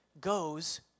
goes